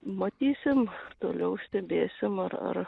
matysim toliau stebėsim ar ar